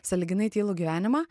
sąlyginai tylų gyvenimą